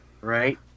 right